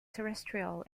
terrestrial